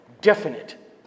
definite